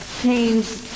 change